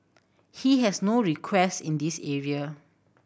he has no request in this area